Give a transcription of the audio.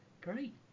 great